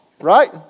Right